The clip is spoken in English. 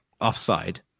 offside